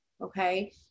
Okay